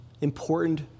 important